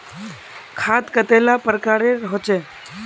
खाद कतेला प्रकारेर होचे?